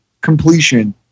completion